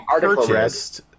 purchased